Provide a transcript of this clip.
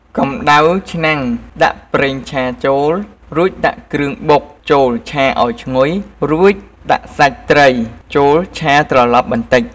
កំដៅឆ្នាំងដាក់ប្រេងឆាចូល រួចដាក់គ្រឿងបុកចូលឆាឱ្យឈ្ងុយរួចដាក់សាច់ត្រីចូលឆាត្រឡប់បន្តិច។